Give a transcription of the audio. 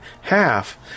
half